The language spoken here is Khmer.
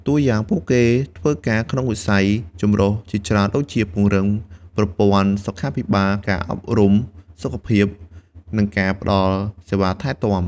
តួយ៉ាងពួកគេធ្វើការក្នុងវិស័យចម្រុះជាច្រើនដូចជា ពង្រឹងប្រព័ន្ធសុខាភិបាល ការអប់រំសុខភាព និងការផ្តល់សេវាថែទាំ។